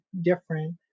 different